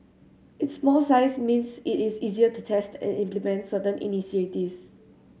its small size means it is easier to test and implement certain initiatives